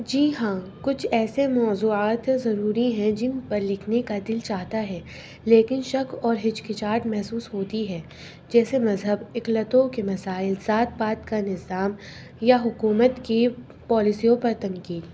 جی ہاں کچھ ایسے موضوعات ضروری ہیں جن پر لکھنے کا دل چاہتا ہے لیکن شک اور ہچکچاہٹ محسوس ہوتی ہے جیسے مذہب اقلیتوں کے مسائل ذات پات کا نظام یا حکومت کی پالیسیوں پر تنقید